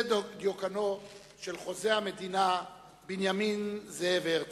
זה דיוקנו של חוזה המדינה בנימין זאב הרצל.